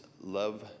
love